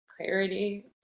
clarity